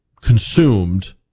consumed